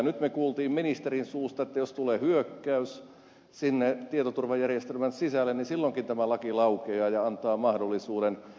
nyt me kuulimme ministerin suusta että jos tulee hyökkäys sinne tietoturvajärjestelmän sisälle niin silloinkin tämä laki laukeaa ja antaa mahdollisuuden